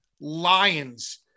lions